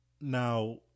Now